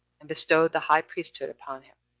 and bestowed the high priesthood upon him.